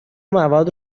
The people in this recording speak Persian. مواد